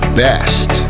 best